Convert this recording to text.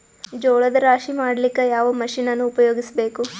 ಜೋಳದ ರಾಶಿ ಮಾಡ್ಲಿಕ್ಕ ಯಾವ ಮಷೀನನ್ನು ಉಪಯೋಗಿಸಬೇಕು?